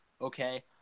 okay